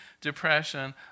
depression